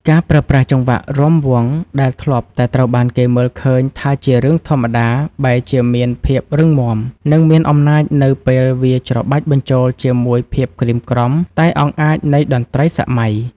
ការប្រើប្រាស់ចង្វាក់រាំវង់ដែលធ្លាប់តែត្រូវបានគេមើលឃើញថាជារឿងធម្មតា បែរជាមានភាពរឹងមាំ និងមានអំណាចនៅពេលវាច្របាច់បញ្ចូលជាមួយភាពក្រៀមក្រំតែអង់អាចនៃតន្ត្រីសម័យ។